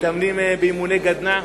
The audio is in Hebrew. מתאמנים באימוני גדנ"ע,